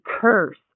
curse